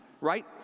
right